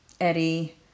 Eddie